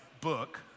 book